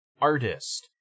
artist